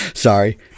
Sorry